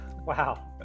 wow